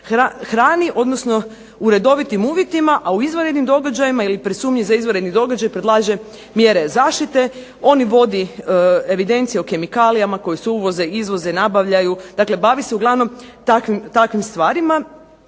hrani odnosno u redovitim uvjetima, a u izvanrednim događajima ili pri sumnji za izvanredni događaj predlaže mjere zaštite. On i vodi evidencije o kemikalijama koje se uvoze, izvoze, nabavljaju, dakle bavi se uglavnom takvim stvarima.